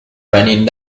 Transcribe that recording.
raining